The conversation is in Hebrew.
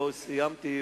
לא סיימתי,